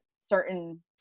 certain